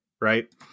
right